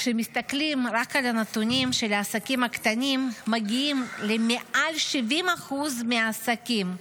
כשמסתכלים רק על הנתונים של העסקים הקטנים מגיעים למעל 70% מהעסקים.